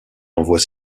envoie